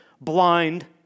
blind